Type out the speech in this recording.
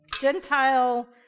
Gentile